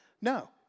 No